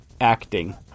acting